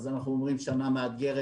אנחנו אומרים אולי שזאת שנה מאתגרת,